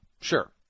Sure